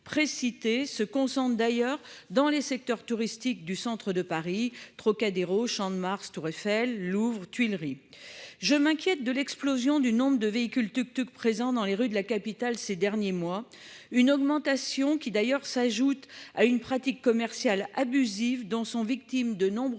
se concentre d'ailleurs dans les secteurs touristiques du centre de Paris, Trocadéro Champ-de-Mars Tour Eiffel, Louvre Tuileries. Je m'inquiète de l'explosion du nombre de véhicules tuc tuc présents dans les rues de la capitale ces derniers mois une augmentation qui d'ailleurs s'ajoute à une pratique commerciale abusive dont sont victimes de nombreux